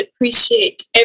appreciate